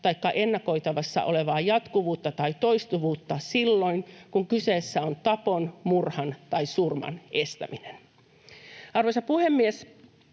taikka ennakoitavissa olevaa jatkuvuutta tai toistuvuutta silloin, kun kyseessä on tapon, murhan tai surman estäminen. Arvoisa puhemies!